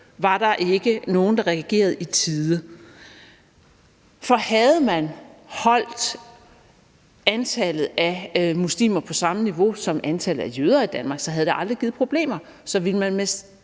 var der ikke nogen, der reagerede i tide. For havde man holdt antallet af muslimer på samme niveau som antallet af jøder i Danmark, så havde det aldrig givet problemer. Så ville man med